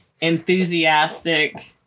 enthusiastic